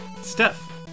Steph